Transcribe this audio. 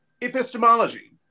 epistemology